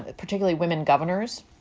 particularly women governors.